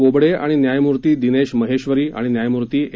बोबडे आणि न्यायाम्ती दिनेश महेश्वरी आणि न्यायमूर्ती ए